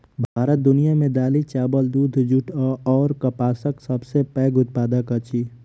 भारत दुनिया मे दालि, चाबल, दूध, जूट अऔर कपासक सबसे पैघ उत्पादक अछि